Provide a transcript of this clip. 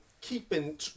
keeping